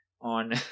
on